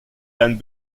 dan